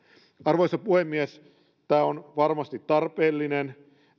arvoisa puhemies tämä on varmasti tarpeellinen